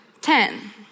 Ten